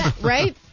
Right